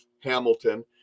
Hamilton